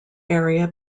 area